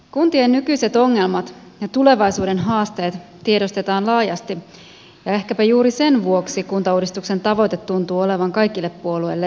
kuntien nykyiset ongelmat ja tulevaisuuden haasteet tiedostetaan laajasti ja ehkäpä juuri sen vuoksi kuntauudistuksen tavoite tuntuu olevan kaikille puolueille yhteinen